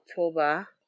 October